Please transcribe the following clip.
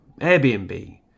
Airbnb